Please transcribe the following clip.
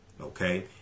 Okay